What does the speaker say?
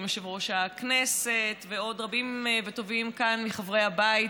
עם יושב-ראש הכנסת ועוד רבים וטובים כאן מחברי הבית,